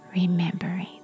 Remembering